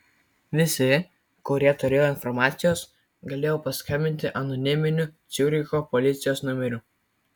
visi kurie turėjo informacijos galėjo paskambinti anoniminiu ciuricho policijos numeriu